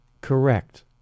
Correct